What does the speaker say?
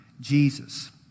Jesus